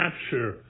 capture